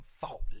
faultless